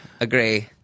agree